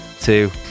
two